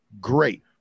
Great